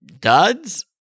duds